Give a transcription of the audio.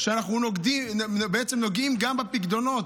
שאנחנו בעצם נוגעים גם בפיקדונות,